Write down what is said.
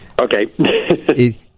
Okay